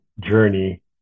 journey